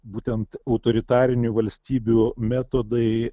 būtent autoritarinių valstybių metodai